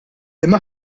imma